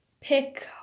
pick